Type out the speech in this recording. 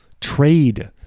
Trade